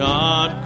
God